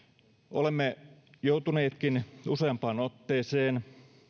olemme joutuneetkin useampaan otteeseen